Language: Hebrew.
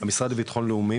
המשרד לביטחון לאומי,